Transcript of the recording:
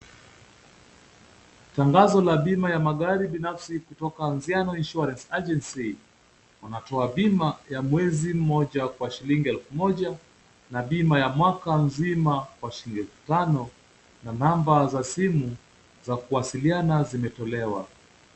Tangazo la bima ya magari binafsi kutoka Anziano Insurance Agency wanatoa bima ya mwezi mmoja kwa shilingi elfu moja na bima ya mwaka mzima kwa shilingi elfu tano na namba za simu za kuwasiliana zimetolewa.